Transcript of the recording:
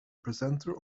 presenter